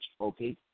okay